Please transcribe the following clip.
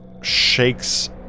shakes